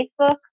Facebook